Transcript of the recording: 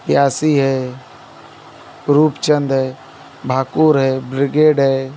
प्यासी है रूपचंद है भाकुर है ब्रिगेड है